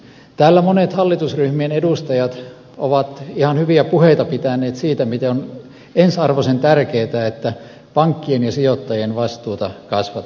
täällä monet hallitusryhmien edustajat ovat ihan hyviä puheita pitäneet siitä miten on ensiarvoisen tärkeätä että pankkien ja sijoittajien vastuuta kasvatetaan